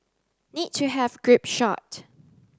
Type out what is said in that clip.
need to have group shot